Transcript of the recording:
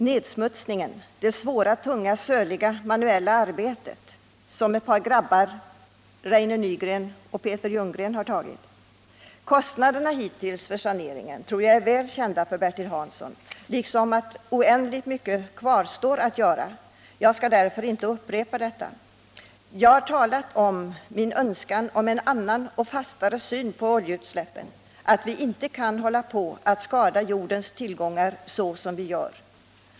Fotona, som har tagits av ett par grabbar — Reine Nygren och Peter Ljunggren —, visar nedsmutsningen, fågeldöden och det svåra, tunga och kladdiga manuella arbetet. Kostnaderna hittills för saneringen tror jag är väl kända för Bertil Hansson liksom att oändligt mycket kvarstår att göra. Jag skall därför inte upprepa detta. Jag har talat om min önskan om en annan och fastare syn på oljeutsläppen och att vi inte kan hålla på och skada jordens tillgångar såsom vi nu gör.